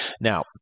Now